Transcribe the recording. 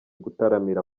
gutaramira